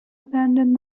abandoned